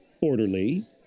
orderly